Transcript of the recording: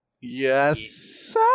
Yes